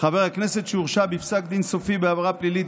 "חבר הכנסת שהורשע בפסק דין סופי בעבירה פלילית,